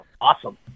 awesome